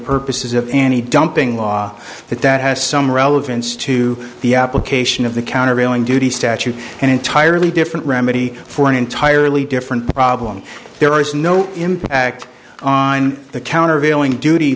purposes of any dumping law that that has some relevance to the application of the countervailing duty statute an entirely different remedy for an entirely different problem there is no impact on the countervailing duty